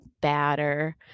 batter